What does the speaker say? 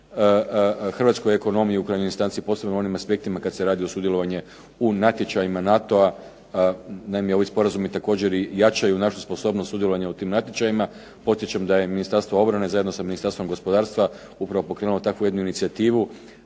hrvatskoj ekonomiji ... posebno u onim aspektima kada se radi o sudjelovanju u natječajima NATO-a. Naime, ovi sporazumi jačaju našu sposobnost sudjelovanja u tim natječajima. Podsjećam da je Ministarstvo obrane zajedno sa Ministarstvom gospodarstva upravo pokrenulo takvu jednu inicijativu